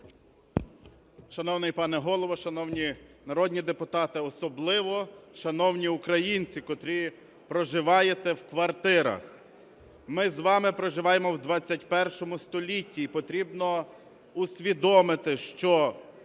Шановний пане Голово, шановні народні депутати, особливо, шановні українці, котрі проживають в квартирах! Ми з вами проживаємо у ХХІ столітті, і потрібно усвідомити, що